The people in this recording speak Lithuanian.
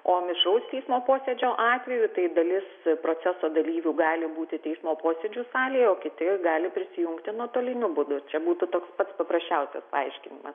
o mišraus teismo posėdžio atveju tai dalis proceso dalyvių gali būti teismo posėdžių salėje o kiti gali prisijungti nuotoliniu būdu čia būtų toks pats paprasčiausias paaiškinimas